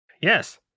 Yes